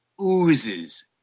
oozes